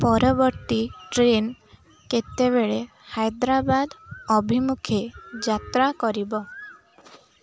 ପରବର୍ତ୍ତୀ ଟ୍ରେନ୍ କେତେବେଳେ ହାଇଦ୍ରାବାଦ ଅଭିମୁଖେ ଯାତ୍ରା କରିବ